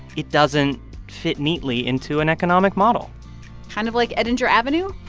it doesn't fit neatly into an economic model kind of like edinger avenue?